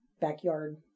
backyard